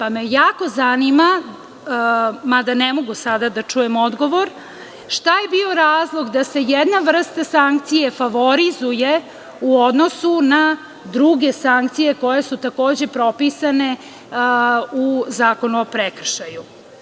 Zato me jako zanima, mada ne mogu sada da čujem odgovor, šta je bio razlog da se jedna vrsta sankcije favorizuje u odnosu na druge sankcije koje su takođe propisane u Zakonu o prekršaju?